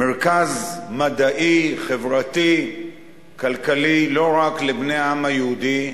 מרכז מדעי חברתי כלכלי לא רק לבני העם היהודי,